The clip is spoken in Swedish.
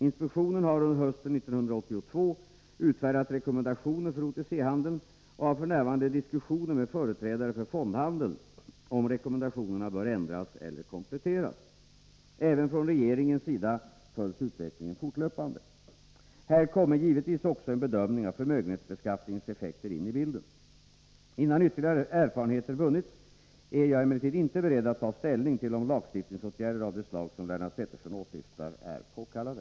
Inspektionen har hösten 1982 utfärdat rekommendationer för OTC-handeln och har f. n. diskussioner med företrädare för fondhandeln om rekommendationerna bör ändras eller kompletteras. Även från regeringens sida följs utvecklingen fortlöpande. Här kommer givetvis också en bedömning av förmögenhetsbeskattningens effekter in i bilden. Innan ytterligare erfarenheter vunnits är jag emellertid inte beredd att ta ställning till om lagstiftningsåtgärder av det slag som Lennart Pettersson åsyftar är påkallade.